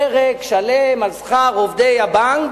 פרק שלם על שכר עובדי הבנק,